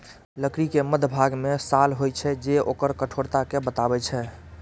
लकड़ी के मध्यभाग मे साल होइ छै, जे ओकर कठोरता कें बतबै छै